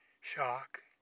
shock